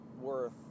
worth